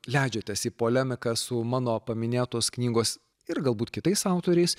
leidžiatės į polemiką su mano paminėtos knygos ir galbūt kitais autoriais